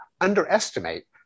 underestimate